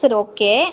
சரி ஓகே